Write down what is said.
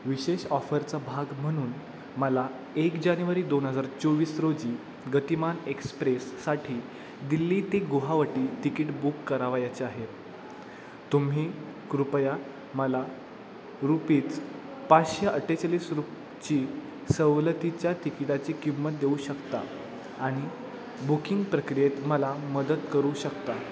विशेष ऑफरचा भाग म्हणून मला एक जानेवारी दोन हजार चोवीस रोजी गतिमान एक्सप्रेससाठी दिल्ली ते गुवाहाटी तिकीट बुक करावयाचे आहे तुम्ही कृपया मला रूपीज पाचशे अठ्ठेचाळीस रूपची सवलतीच्या तिकिटाची किंमत देऊ शकता आणि बुकिंग प्रक्रियेत मला मदत करू शकता